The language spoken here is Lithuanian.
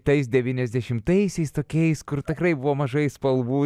tais devyniasdešimtaisiais tokiais kur tikrai buvo mažai spalvų